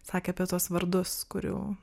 sakė apie tuos vardus kurių